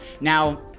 Now